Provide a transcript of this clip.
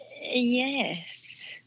Yes